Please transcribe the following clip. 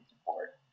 support